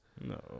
No